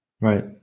Right